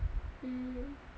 mm